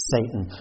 Satan